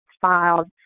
filed